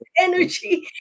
energy